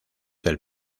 del